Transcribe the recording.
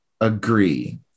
agree